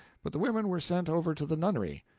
but the women were sent over to the nunnery.